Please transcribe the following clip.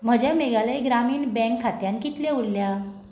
म्हज्या मेघालय ग्रामीण बँक खात्यांत कितले उरल्यात